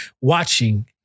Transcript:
watching